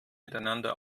miteinander